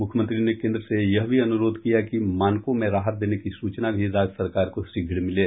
मुख्यमंत्री ने केन्द्र से यह भी अनुरोध किया कि मानकों में राहत देने की सूचना भी राज्य सरकार को शीघ्र मिले